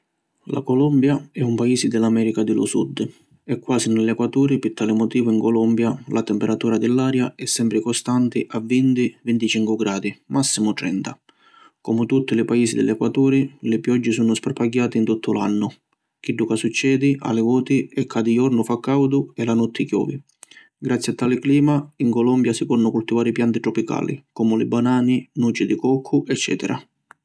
La Colombia è un paisi di l’America di lu Sud. È quasi ni l’equaturi pi tali motivu in Colombia la temperatura di l’aria è sempri costanti a vinti - vinticincu gradi, massimu trenta. Comu tutti li paisi di l’equaturi li pioggi sunnu sparpagghiati in tuttu l’annu; chiddu ca succedi a li voti è ca di jornu fa caudu e la notti chiovi. Grazî a tali clima, in Colombia si ponnu cultivari pianti tropicali comu li banani, nuci di coccu, eccetera.